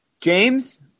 James